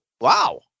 Wow